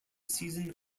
season